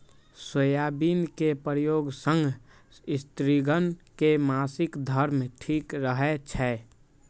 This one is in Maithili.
सोयाबिन के प्रयोग सं स्त्रिगण के मासिक धर्म ठीक रहै छै